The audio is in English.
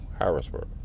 Harrisburg